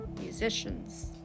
musicians